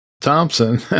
Thompson